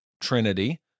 Trinity